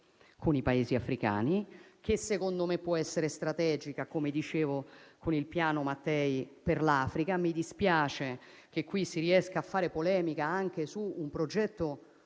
con i Paesi africani, che secondo me può essere strategica - come dicevo - con il piano Mattei per l'Africa. Mi dispiace che in questa sede si riesca a fare polemica anche su un progetto